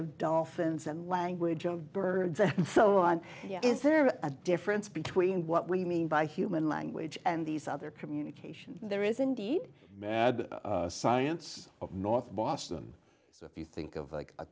of dolphins and language of birds and so on is there a difference between what we mean by human language and these other communication there is indeed mad science of north boston so if you think of like a